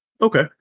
Okay